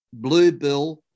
bluebill